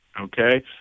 okay